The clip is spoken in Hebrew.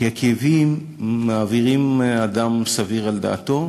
כי הכאבים מעבירים אדם סביר על דעתו.